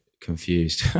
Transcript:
confused